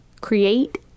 create